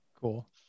Cool